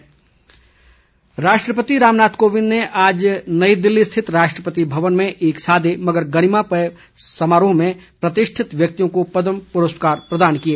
पदम ् पुरस्कार राष्ट्रपति रामनाथ कोविंद ने आज नई दिल्ली रिथित राष्ट्रपति भवन में एक सादे मगर गरिमामय समारोह में प्रतिष्ठित व्यक्तियों को पदम परस्कार प्रदान किए